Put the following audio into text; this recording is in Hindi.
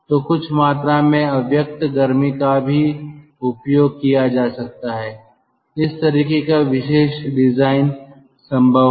तो कुछ मात्रा में अव्यक्त गर्मी का भी उपयोग किया जा सकता है इस तरीके का विशेष डिजाइन संभव हैं